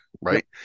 Right